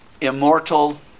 immortal